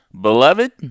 Beloved